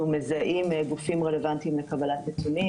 אנחנו מזהים גופים רלוונטיים לקבלת נתונים,